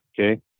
okay